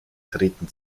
treten